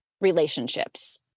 relationships